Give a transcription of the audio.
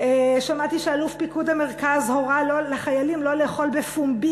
שמעתי שאלוף פיקוד המרכז הורה לחיילים לא לאכול בפומבי,